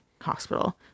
hospital